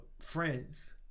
friends